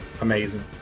amazing